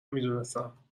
میدونستم